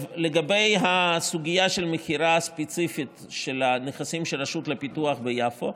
לגבי הסוגיה של מכירה ספציפית של הנכסים של הרשות לפיתוח ביפו,